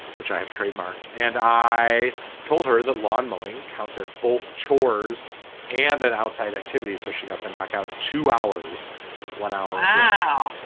which i have trademarked. and i told her the lawn mowing counts as both chores and an outside activities. so she got to knock out two hours with one hour now.